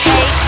Hey